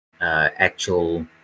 actual